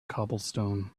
cobblestone